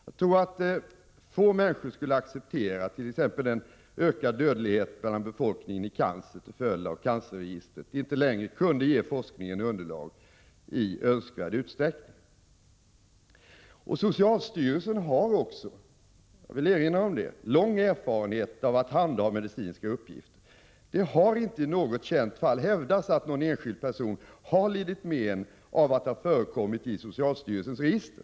Jag tror att få människor skulle acceptera t.ex. en ökad dödlighet bland befolkningen i cancer till följd av att cancerregistret inte längre kunde ge forskningen underlag i önskvärd utsträckning. Jag vill erinra om att socialstyrelsen har lång erfarenhet av att handha medicinska uppgifter. Det har inte i något känt fall hävdats att någon enskild Prot. 1986/87:98 person har lidit men av att ha förekommit i socialstyrelsens register.